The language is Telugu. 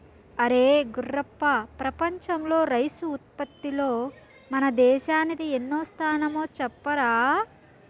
అరే గుర్రప్ప ప్రపంచంలో రైసు ఉత్పత్తిలో మన దేశానిది ఎన్నో స్థానమో చెప్పరా